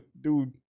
Dude